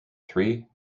three